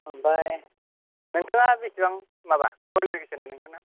ओमफ्राय नोंथाङा बेसेबां माबा कवालिपिकेसना नोंथांना